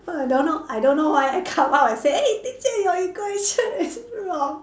I don't know I don't know why I come up and say eh teacher your equation is wrong